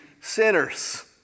sinners